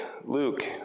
Luke